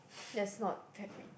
that's not very